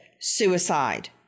suicide